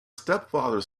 stepfather